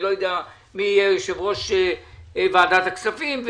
אני לא יודע מי יהיה יושב-ראש ועדת הכספים.